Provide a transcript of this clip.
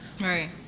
Right